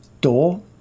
door